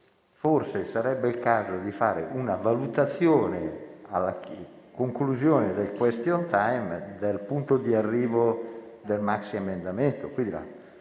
forse sarebbe il caso di fare una valutazione, alla conclusione del *question time*, del punto di arrivo del maxiemendamento.